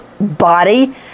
body